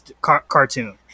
cartoon